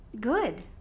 Good